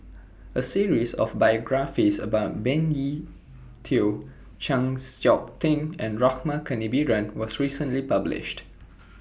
A series of biographies about Benny Se Teo Chng Seok Tin and Rama Kannabiran was recently published